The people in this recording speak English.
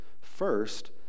First